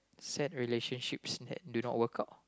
sad relationship that do not woke up